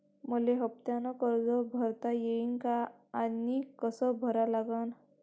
मले हफ्त्यानं कर्ज भरता येईन का आनी कस भरा लागन?